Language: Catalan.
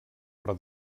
però